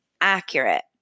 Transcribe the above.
accurate